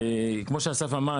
כמו שאסף אמר,